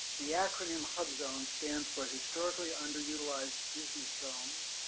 the acronym hubzone stands for historically underutilized business zones.